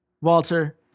walter